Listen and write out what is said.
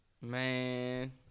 Man